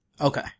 Okay